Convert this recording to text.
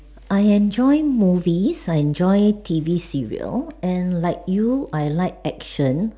I enjoy movies I enjoy T_V serials and like you I like action